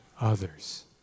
others